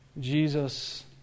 Jesus